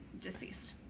deceased